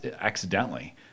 accidentally